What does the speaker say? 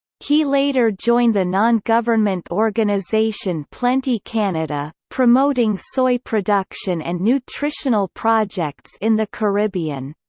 he later joined the non-government organization plenty canada, promoting soy production and nutritional projects in the caribbean.